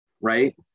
right